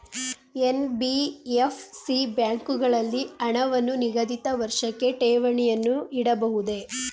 NBFC ಬ್ಯಾಂಕುಗಳಲ್ಲಿ ಹಣವನ್ನು ನಿಗದಿತ ವರ್ಷಕ್ಕೆ ಠೇವಣಿಯನ್ನು ಇಡಬಹುದೇ?